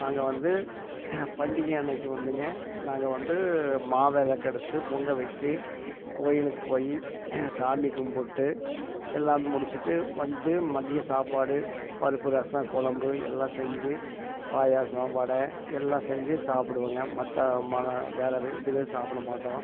நாங்கள் வந்து பண்டிகை அன்றைக்கு வந்துங்க நாங்கள் வந்து மாவிளக்கு எடுத்து பொங்கல் வச்சு கோவிலுக்கு போய் சாமி கும்பிட்டு எல்லாம் முடிச்சுட்டு வந்து மதிய சாப்பாடு பருப்பு ரசம் குழம்பு எல்லாம் செஞ்சு பாயாசம் வடை எல்லாம் செஞ்சி சாப்பிடுவோம்ங்க மற்ற ம வேறு வீட்டுக்கு சாப்பிட மாட்டோம்